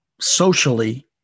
socially